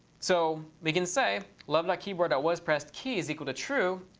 so we can say, love like keyboard waspressed key is equal to true.